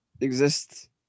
exist